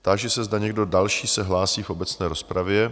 Táži se, zda někdo další se hlásí v obecné rozpravě?